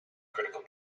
critical